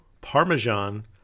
Parmesan